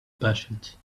patience